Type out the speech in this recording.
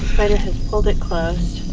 has pulled it closed.